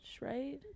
right